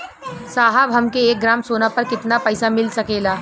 साहब हमके एक ग्रामसोना पर कितना पइसा मिल सकेला?